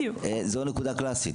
זו נקודה קלאסית.